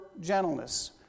gentleness